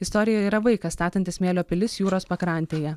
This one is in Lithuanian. istorija yra vaikas statantis smėlio pilis jūros pakrantėje